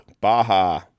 Baja